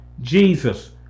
Jesus